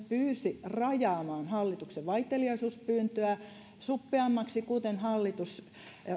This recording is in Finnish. pyysi rajaamaan hallituksen vaiteliaisuuspyyntöä suppeammaksi kuten hallitus